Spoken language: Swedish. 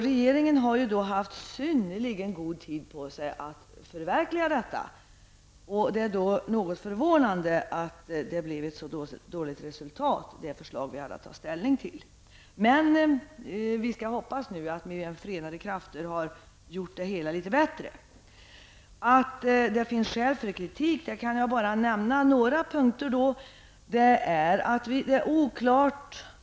Regeringen har haft synnerligen god tid på sig för att förverkliga detta. Det är därför något förvånande att det har blivit ett så dåligt resultat. Vi hoppas dock att vi med förenade krafter har gjort det hela litet bättre. Det finns skäl för kritik, och jag skall nämna några punkter. Det finns en del oklarheter.